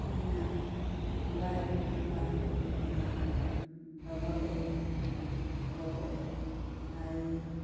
ᱤᱧᱟᱹᱜ mobile number ᱦᱩᱭᱩᱜ ᱠᱟᱱᱟ ᱰᱚᱵᱚᱞ ᱮᱭᱤᱴ ᱯᱷᱳᱨ ᱯᱷᱟᱭᱤᱵᱽ